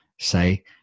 say